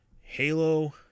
Halo